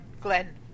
Glenn